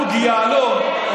בוגי יעלון,